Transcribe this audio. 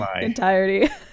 entirety